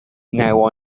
now